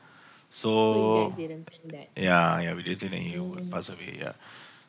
so yeah yeah we didn't think that he would pass away yeah